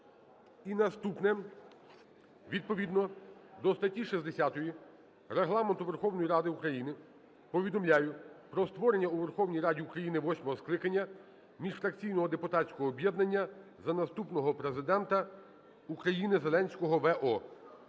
І наступне. Відповідно до статті 60 Регламенту Верховної Ради України повідомляю про створення у Верховній Раді України восьмого скликання міжфракційного депутатського об'єднання "За наступного Президента України Зеленського В.О.".